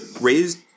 raised